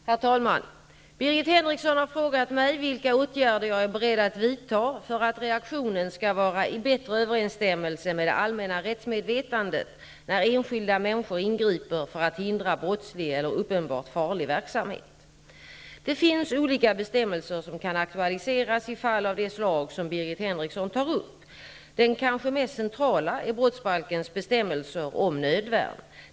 Herr talman! Birgit Henriksson har frågat mig vilka åtgärder jag är beredd att vidta för att reaktionen skall vara i bättre överensstämmelse med det allmänna rättsmedvetandet när enskilda människor ingriper för att hindra brottslig eller uppenbart farlig verksamhet. Det finns olika bestämmelser som kan aktualiseras i fall av det slag som Birgit Henriksson tar upp. Den kanske mest centrala är brottsbalkens bestämmelser om nödvärn.